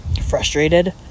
frustrated